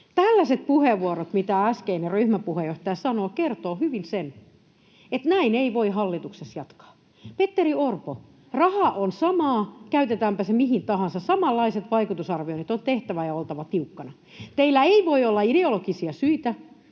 Tällaiset puheenvuorot, mitä äskeinen ryhmäpuheenjohtaja sanoi, kertovat hyvin, että näin ei voi hallituksessa jatkaa. Petteri Orpo, raha on samaa, käytetäänpä se mihin tahansa. Samanlaiset vaikutusarvioinnit on tehtävä ja oltava tiukkana. Teillä ei voi olla ideologisia syitä,